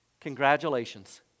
Congratulations